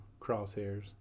crosshairs